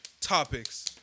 topics